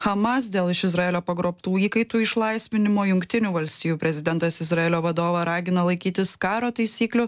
hamas dėl iš izraelio pagrobtų įkaitų išlaisvinimo jungtinių valstijų prezidentas izraelio vadovą ragina laikytis karo taisyklių